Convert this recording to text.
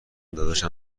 داداشم